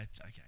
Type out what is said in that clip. okay